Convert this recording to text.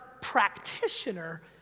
practitioner